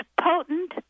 potent